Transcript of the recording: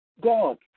God